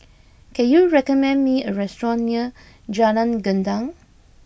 can you recommend me a restaurant near Jalan Gendang